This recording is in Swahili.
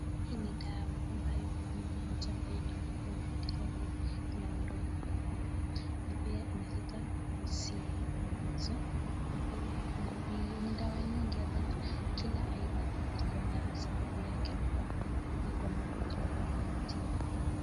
Hii ni dawa ambayo kuna moja ambayo wameandika kuwa inaondoa maumivu na pia inaleta hisia ambazo na pia ina ni dawa nyingi ambazo kila aina iko na sababu yake ambayo iko na ugonjwa ambayo inatibu.